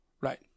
Right